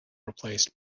replaced